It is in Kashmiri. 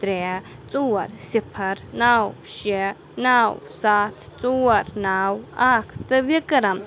ترٛےٚ ژور صِفر نو شےٚ نو سَتھ ژور نو اَکھ تہٕ وِکرم